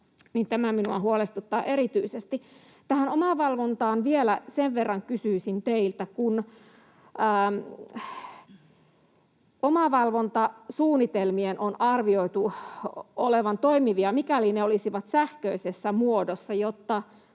Tämä minua huolestuttaa erityisesti. Tästä omavalvonnasta vielä kysyisin teiltä. Omavalvontasuunnitelmien on arvioitu olevan toimivia, mikäli ne olisivat sähköisessä muodossa, jotta